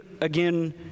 again